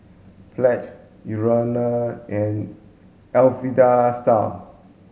Pledge Urana and Alpha Style